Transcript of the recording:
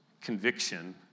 conviction